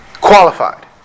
qualified